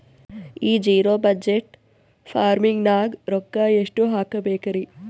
ಈ zero budget farming ನಾಗ್ ರೊಕ್ಕ ಎಷ್ಟು ಹಾಕಬೇಕರಿ?